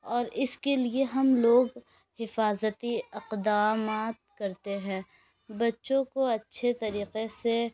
اور اس کے لیے ہم لوگ حفاظتی اقدامات کرتے ہیں بچوں کو اچھے طریقے سے